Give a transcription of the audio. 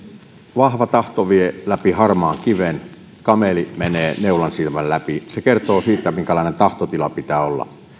vahva tahto vie läpi harmaan kiven kameli menee neulansilmän läpi se kertoo siitä minkälainen tahtotila pitää olla